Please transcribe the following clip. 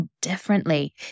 differently